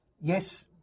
yes